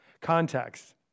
Context